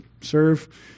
Serve